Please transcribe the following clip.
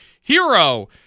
hero